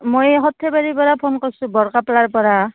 মই সৰ্থেবাৰীৰ পৰা ফোন কৰিছোঁ বৰ কাপলাৰ পৰা